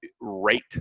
rate